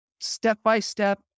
step-by-step